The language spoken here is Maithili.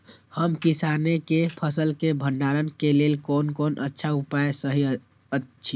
हम किसानके फसल के भंडारण के लेल कोन कोन अच्छा उपाय सहि अछि?